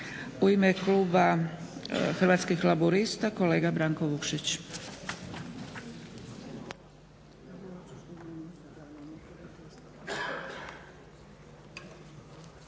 U ime kluba Hrvatskih laburista, kolega Branko Vukšić.